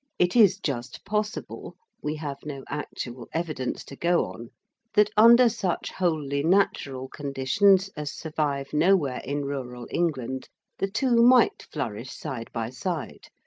it is just possible we have no actual evidence to go on that under such wholly natural conditions as survive nowhere in rural england the two might flourish side by side,